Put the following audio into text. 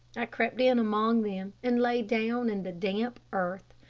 i crept in among them and lay down in the damp earth.